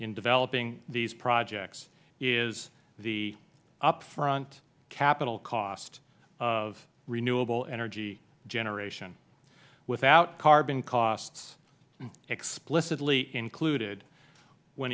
in developing these projects is the upfront capital cost of renewable energy generation without carbon costs explicitly included when